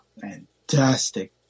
fantastic